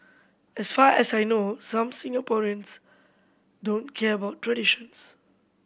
as far as I know some Singaporeans don't care about traditions